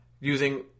using